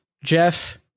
Jeff